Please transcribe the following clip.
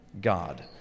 God